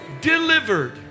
delivered